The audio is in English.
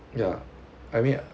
ya I mean